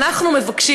אנחנו מבקשים,